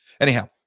Anyhow